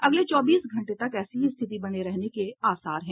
अगले चौबीस घंटे तक ऐसी ही स्थिति बने रहने के आसार है